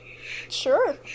Sure